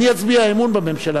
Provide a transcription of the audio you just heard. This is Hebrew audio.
אני אצביע אמון בממשלה,